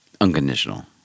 Unconditional